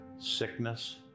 sickness